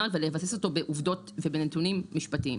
שלך כשאתה משלם בסופר או גם לאזרח הקטן